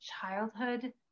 childhood